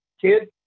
kid